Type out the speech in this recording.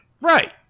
right